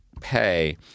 pay